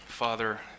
Father